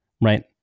right